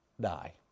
die